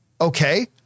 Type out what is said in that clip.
okay